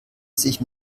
sich